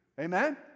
Amen